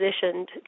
positioned